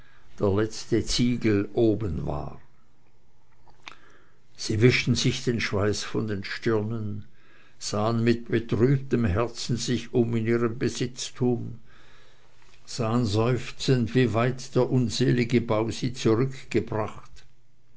der letzte ziegel oben war sie wischten sich den schweiß von den stirnen sahen mit betrübtem herzen sich um in ihrem besitztum sahen seufzend wie weit der unselige bau sie zurückgebracht